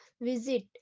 visit